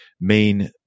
main